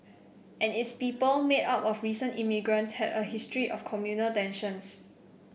and its people made up of recent immigrants had a history of communal tensions